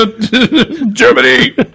Germany